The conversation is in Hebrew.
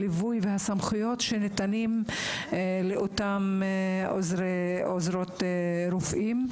הליווי והסמכויות שניתנים לאותם עוזרים או עוזרות רופאים.